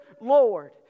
Lord